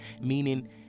meaning